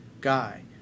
guy